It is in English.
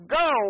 go